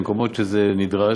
במקומות שזה נדרש,